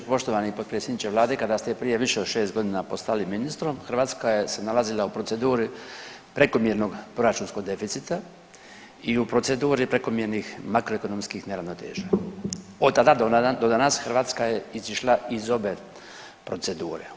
Poštovani potpredsjedniče vlade, kada ste prije više od 6.g. postali ministrom Hrvatska je se nalazila u proceduri prekomjernog proračunskog deficita i u proceduri prekomjernih makroekonomskih neravnoteža, od tada do danas Hrvatska je izišla iz obe procedure.